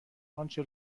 آنچه